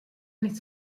nichts